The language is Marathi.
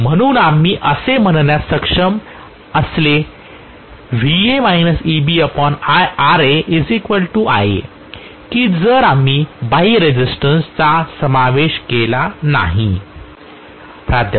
म्हणून आम्ही असे म्हणण्यास सक्षम असले की जर आम्ही बाह्य रेझिस्टन्सचा समावेश केला नाही